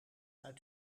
uit